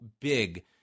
big